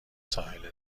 ساحل